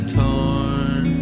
torn